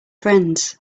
friends